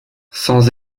sans